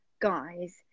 guys